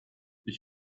ich